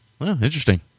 interesting